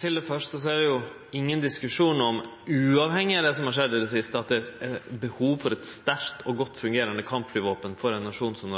Til det første er det – uavhengig av det som har skjedd i det siste – ingen diskusjon om at det er behov for eit sterkt og godt fungerande kampflyvåpen for ein nasjon som